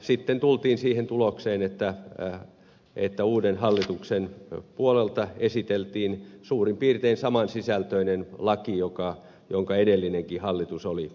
sitten tultiin siihen tulokseen että uuden hallituksen puolelta esiteltiin suurin piirtein saman sisältöinen laki jonka edellinenkin hallitus oli esitellyt